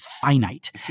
finite